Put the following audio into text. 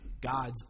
God's